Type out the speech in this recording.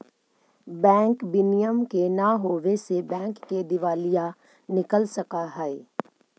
bank विनियम के न होवे से बैंक के दिवालिया निकल सकऽ हइ